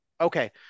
okay